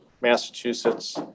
Massachusetts